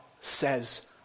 says